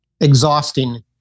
Exhausting